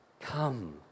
come